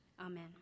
amen